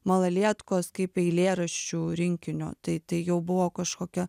malalietkos kaip eilėraščių rinkinio tai tai jau buvo kažkokia